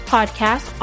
Podcast